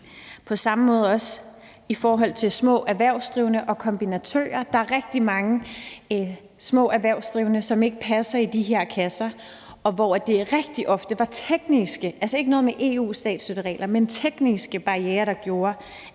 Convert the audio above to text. På samme måde gælder det også i forhold til små erhvervsdrivende og kombinatører. Der er rigtig mange små erhvervsdrivende, som ikke passer ind i de her kasser, og hvor det rigtig ofte var tekniske barrierer – det havde altså ikke noget med EU's statsstøtteregler at gøre – der gjorde,